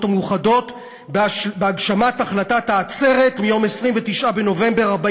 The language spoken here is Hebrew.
המאוחדות בהגשמת החלטת העצרת מיום 29 בנובמבר 1947